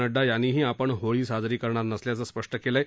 नङ्डा यांनीही आपण होळी साजरी करणार नसल्याचं स्पष्ट केलं आहे